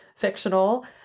Fictional